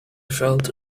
felt